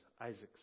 Isaac's